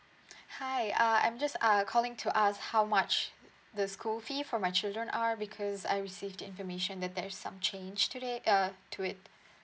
hi uh I'm just uh calling to ask how much the school fee for my children are because I received information that there is some change today uh to it